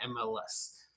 MLS